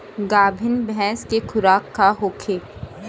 गाभिन भैंस के खुराक का होखे?